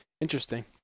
Interesting